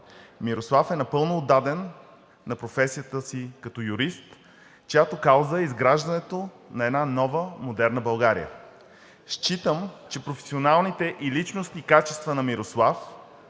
Мирослав е напълно отдаден на професията си като юрист, чиято кауза е изграждането на една нова модерна България. Считам, че професионалните и личностните качества на Мирослав